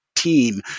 team